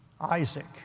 Isaac